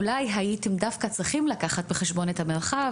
אולי הייתם דווקא צריכים לקחת בחשבון את המרחב.